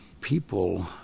people